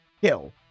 kill